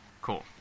cool